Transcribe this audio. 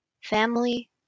Family